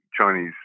Chinese